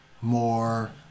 more